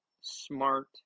smart